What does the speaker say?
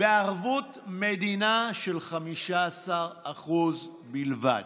בערבות מדינה של 15% בלבד.